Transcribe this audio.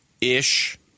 Ish